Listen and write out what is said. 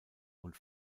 und